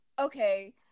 Okay